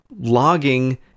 logging